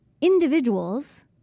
individuals